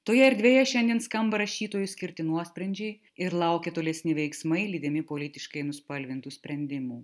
toje erdvėje šiandien skamba rašytojui skirti nuosprendžiai ir laukia tolesni veiksmai lydimi politiškai nuspalvintų sprendimų